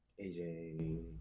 AJ